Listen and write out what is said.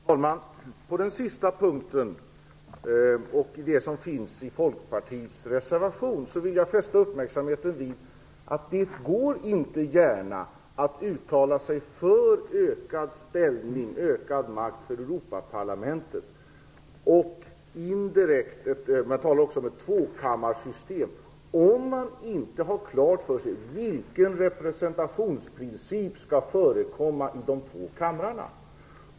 Herr talman! På den sista punkten och när det gäller det som finns i Folkpartiets reservation vill jag fästa uppmärksamheten på att det inte gärna går att uttala sig för ökad makt för Europaparlamentet och för ett tvåkammarsystem, om man inte har klart för sig vilken representationsprincip som skall förekomma i de två kamrarna.